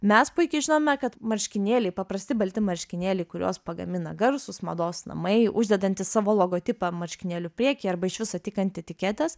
mes puikiai žinome kad marškinėliai paprasti balti marškinėliai kuriuos pagamina garsūs mados namai uždedantys savo logotipą marškinėlių priekyje arba iš viso tik ant etiketės